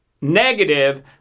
negative